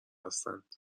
هستند